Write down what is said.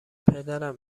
پدرم